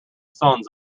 sons